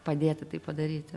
padėti tai padaryti